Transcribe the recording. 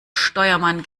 steuermann